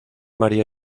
maría